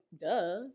duh